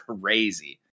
crazy